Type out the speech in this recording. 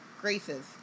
graces